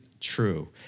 true